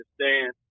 understand